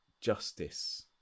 justice